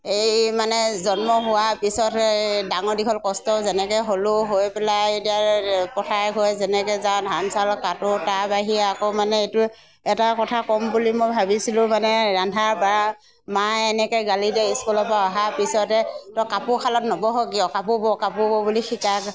এই মানে জন্ম হোৱা পিছতে ডাঙৰ দীঘল কষ্ট যেনেকৈ হ'লোঁ হৈ পেলাই এতিয়া পথাৰে ঘৰে যেনেকৈ যাওঁ ধান চাউল কাটোঁ তাৰ বাহিৰে আকৌ মানে এইটো এটা কথা ক'ম বুলি মই ভাবিছিলোঁ মানে ৰন্ধা বঢ়া মায়ে এনেকৈ গালি দিয়ে স্কুলৰ পৰা অহা পিছতে তই কাপোৰ শালত নবহ কিয় কাপোৰ ব কাপোৰ ববলৈ বুলি শিকায়